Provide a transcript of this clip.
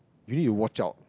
you need to watch out